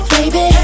Baby